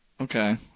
Okay